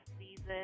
season